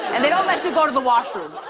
and they don't let you go to the washroom.